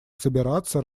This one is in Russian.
собираться